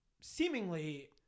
seemingly